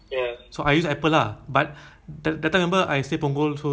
then because my friend got google phone right